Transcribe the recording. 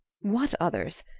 what others?